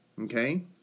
Okay